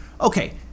okay